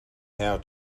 how